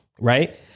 right